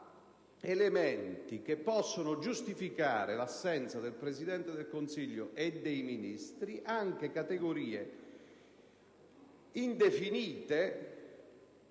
elementi che possono giustificare l'assenza del Presidente del Consiglio e dei Ministri anche categorie indefinite